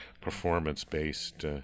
performance-based